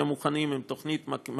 כי הרבה פעמים שרפה כזאת,